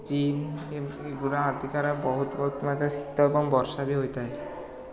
ଚୀନ୍ ଏଗୁରା ଅଧିକର ବହୁତ ବହୁତ ମାତ୍ରାରେ ଶୀତ ଏବଂ ବର୍ଷା ବି ହୋଇଥାଏ